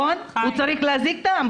הוא צריך להזעיק את האמבולנס.